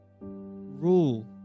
rule